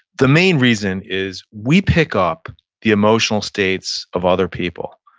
the main reason is we pick up the emotional states of other people.